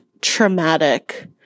traumatic